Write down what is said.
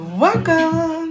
Welcome